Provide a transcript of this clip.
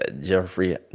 Jeffrey